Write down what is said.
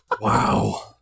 Wow